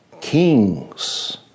kings